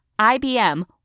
IBM